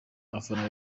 afana